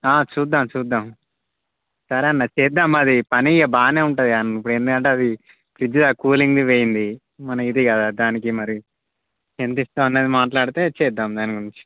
చూద్దాం చూద్దాం సరే అన్న చేద్దాం అది పని ఇక బాగానే ఉంటుంది కదన్న ఎందుకంటే అది ఫ్రిడ్జ్ల కూలింగ్ది పోయింది మన ఇది కదా దానికి మరి ఎంత ఇస్తావు అన్నది మాట్లాడితే చేద్దాం దాని గురించి